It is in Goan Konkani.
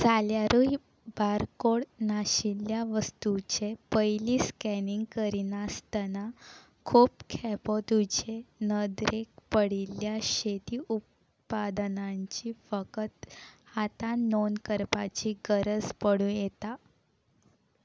जाल्यारूय बार कोड नाशिल्ल्या वस्तूचे पयलीं स्कॅनिंग करिनासतना खूब खेपो तुजे नदरेक पडिल्ल्या शेती उत्पादनांची फकत हातान नोंद करपाची गरज पडूं येता